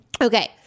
Okay